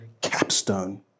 capstone